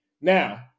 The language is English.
Now